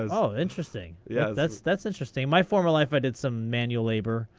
ah oh, interesting. yeah that's that's interesting. in my former life i did some manual labor.